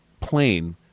plane